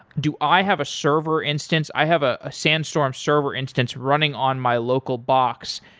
do i have a server instance? i have a ah sandstorm server instance running on my local box,